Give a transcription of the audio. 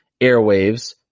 airwaves